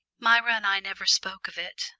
myra and i never spoke of it.